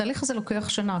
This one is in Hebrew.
התהליך הזה לוקח שנה,